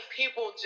people